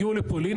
הגיעו לפולין,